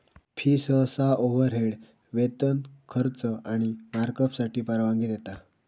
fee सहसा overhead, वेतन, खर्च आणि मार्कअपसाठी परवानगी देता